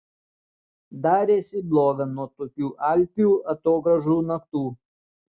darėsi bloga nuo tokių alpių atogrąžų naktų